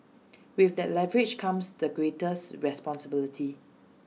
with that leverage comes the greatest responsibility